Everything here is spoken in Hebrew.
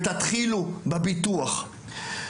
תתחילו בביטוח.